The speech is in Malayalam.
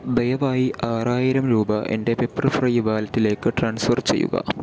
ദയവായി ആറായിരം രൂപ എൻ്റെ പെപ്പർ ഫ്രൈ വാലറ്റിലേക്ക് ട്രാൻസ്ഫർ ചെയ്യുക